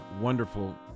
wonderful